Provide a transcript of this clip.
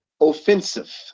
offensive